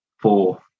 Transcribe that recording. four